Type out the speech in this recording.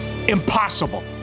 Impossible